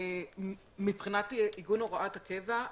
מבחינת עיגון הוראת הקבע,